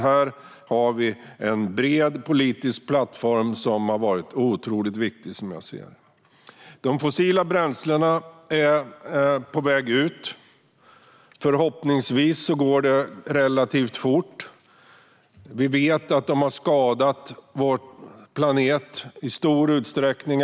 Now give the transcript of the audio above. Här har vi alltså en bred politisk plattform som har varit otroligt viktig, som jag ser det. De fossila bränslena är på väg ut. Förhoppningsvis går det relativt fort. Vi vet att de har skadat vår planet i stor utsträckning.